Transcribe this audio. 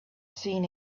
seen